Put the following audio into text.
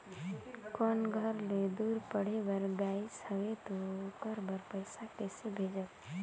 कोई घर ले दूर पढ़े बर गाईस हवे तो ओकर बर पइसा कइसे भेजब?